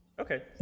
Okay